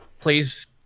please